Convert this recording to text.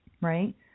Right